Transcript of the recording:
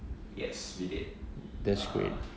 yes we did err